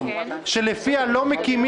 בנפש חפצה,